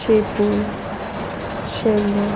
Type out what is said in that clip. शेपू शेंगो